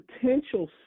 potential